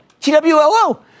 TWLO